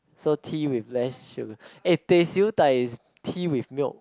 so tea with less sugar eh teh siew dai is tea with milk